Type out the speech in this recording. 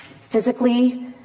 Physically